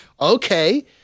Okay